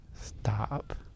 stop